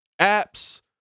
Apps